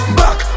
back